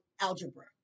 algebra